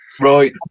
right